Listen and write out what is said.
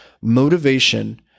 Motivation